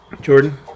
Jordan